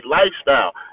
lifestyle